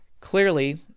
Clearly